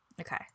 Okay